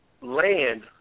land